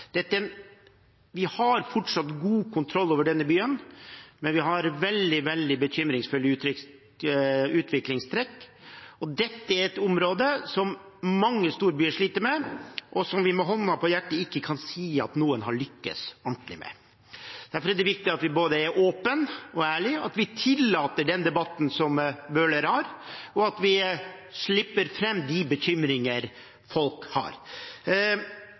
Vi har fortsatt god kontroll over denne byen, men vi har veldig bekymringsfulle utviklingstrekk. Dette er et område som mange storbyer sliter med, og som vi med hånden på hjertet ikke kan si at noen har lykkes ordentlig med. Derfor er det viktig at vi er både åpne og ærlige, at vi tillater den debatten som Bøhler reiser, og at vi slipper fram de bekymringer folk har.